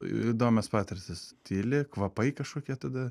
įdomios patirtys tyli kvapai kažkokia tada